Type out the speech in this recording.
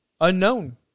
unknown